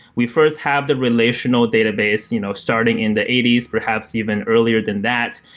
we first have the relational database you know starting in the eighty s, perhaps even earlier than that,